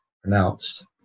pronounced